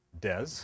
Des